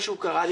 משהו קרה לי,